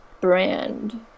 brand